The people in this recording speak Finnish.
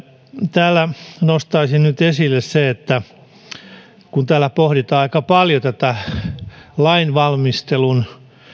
täällä nostaisin nyt esille sen kun täällä pohditaan aika paljon tätä lainvalmistelun